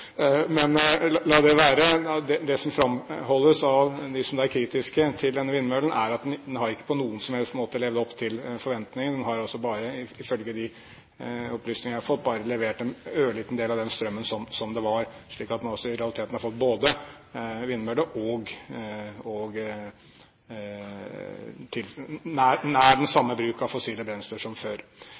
Men la det være. Det som framholdes av dem som da er kritiske til denne vindmøllen, er at den ikke på noen som helst måte har levd opp til forventningene. Den har altså bare, ifølge de opplysningene jeg har fått, levert en ørliten del av den strømmen som var, slik at man i realiteten har fått både vindmølle og nær den samme bruk av fossile brensler som før.